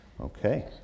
okay